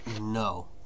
No